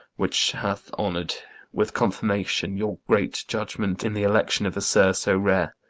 which hath honour'd with confirmation your great judgment in the election of a sir so rare,